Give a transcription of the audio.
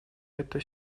это